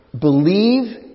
believe